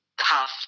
half